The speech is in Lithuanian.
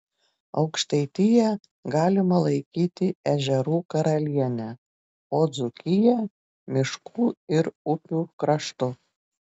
aukštaitiją galima laikyti ežerų karaliene o dzūkiją miškų ir upių kraštu